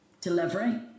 delivery